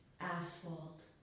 asphalt